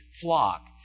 flock